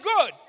good